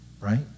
right